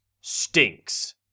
stinks